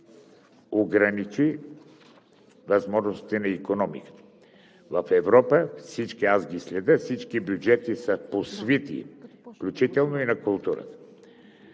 ограничи възможностите на икономиката, в Европа, аз ги следя, всички бюджети са посвити, включително и на културата.